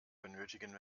benötigen